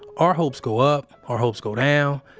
our hopes go up our hopes go down,